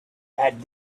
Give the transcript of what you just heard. had